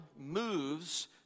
moves